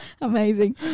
Amazing